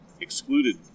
excluded